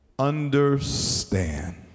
understand